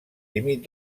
límit